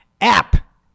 app